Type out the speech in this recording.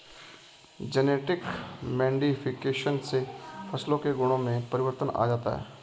genetic modification से फसलों के गुणों में परिवर्तन आ जाता है